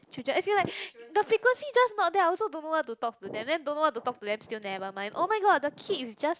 children as in right the frequency just not there I also don't know what to talk to them then don't know talk to them still never mind oh-my-god the kid is just